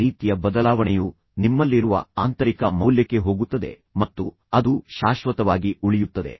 ಮತ್ತು ಆ ರೀತಿಯ ಬದಲಾವಣೆಯು ನಿಮ್ಮಲ್ಲಿರುವ ಆಂತರಿಕ ಮೌಲ್ಯಕ್ಕೆ ಹೋಗುತ್ತದೆ ಮತ್ತು ಅದು ಶಾಶ್ವತವಾಗಿ ಉಳಿಯುತ್ತದೆ